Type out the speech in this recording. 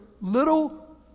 little